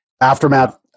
Aftermath